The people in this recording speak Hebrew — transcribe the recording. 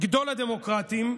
גדול הדמוקרטים,